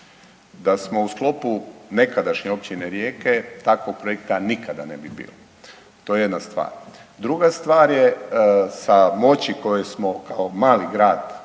Da smo u sklopu nekadašnje općine Rijeke takvog projekta nikada ne bi bilo. To je jedna stvar. Druga stvar je sa moći koje smo kao mali grad uz ovih